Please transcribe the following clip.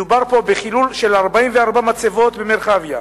מדובר פה בחילול של 44 מצבות במרחביה,